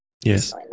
Yes